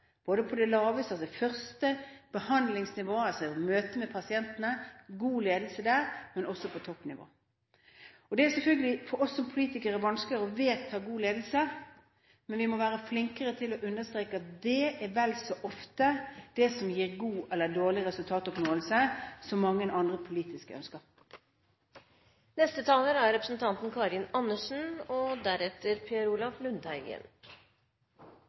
både på det laveste, altså første, behandlingsnivået, møtet med pasientene – at det er god ledelse der – og også på toppnivå. Det er selvfølgelig for oss som politikere vanskeligere å vedta god ledelse, men vi må være flinkere til å understreke at det er vel så ofte det som gir god eller dårlig resultatoppnåelse, som mange andre politiske